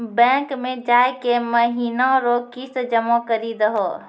bank मे जाय के महीना रो किस्त जमा करी दहो